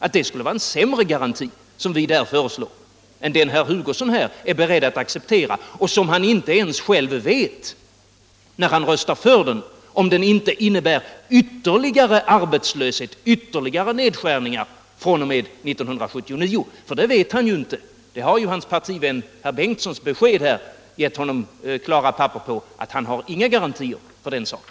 Det kan inte vara en sämre garanti som vi där föreslår än den herr Hugosson är beredd att acceptera och som han inte ens själv vet, när han röstar för den, om den inte innebär ytterligare arbetslöshet, ytterligare nedskärningar fr.o.m. 1979. Ty det vet ju herr Hugosson inte — beskedet från hans partivän herr Bengtsson i Landskrona har ju gett honom klara papper på att han inte har några garantier för den saken.